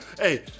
hey